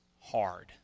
hard